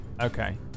Okay